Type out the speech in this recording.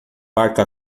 parque